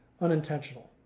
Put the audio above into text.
unintentional